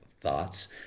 thoughts